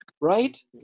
right